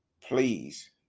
Please